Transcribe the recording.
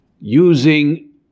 using